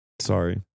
Sorry